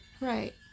Right